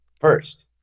first